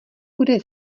bude